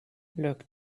look